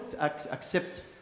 accept